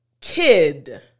Kid